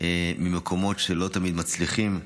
ממקומות שלא תמיד מצליחים.